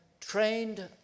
Trained